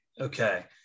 Okay